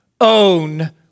own